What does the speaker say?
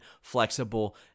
flexible